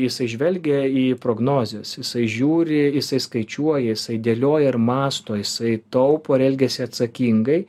jisai žvelgia į prognozes jisai žiūri jisai skaičiuoja jisai dėlioja ir mąsto jisai taupo ir elgiasi atsakingai